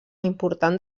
important